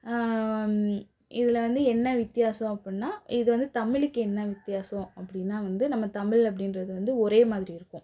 இதில் வந்து என்ன வித்தியாசம் அப்புடின்னா இது வந்து தமிழுக்கு என்ன வித்தியாசம் அப்படின்னா வந்து நம்ம தமிழ் அப்படின்றது வந்து ஒரே மாதிரி இருக்கும்